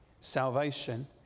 salvation